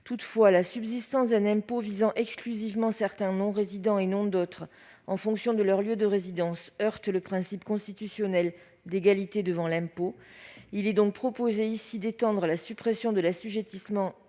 Toutefois, la subsistance d'un impôt visant exclusivement certains non-résidents et non d'autres en fonction de leur lieu de résidence heurte le principe constitutionnel d'égalité devant l'impôt. Il est donc proposé d'étendre la suppression de l'assujettissement à